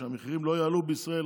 שהמחירים לא יעלו בישראל,